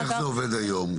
איך זה עובד היום?